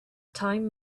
time